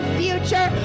future